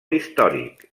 històric